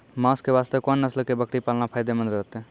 मांस के वास्ते कोंन नस्ल के बकरी पालना फायदे मंद रहतै?